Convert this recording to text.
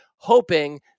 hoping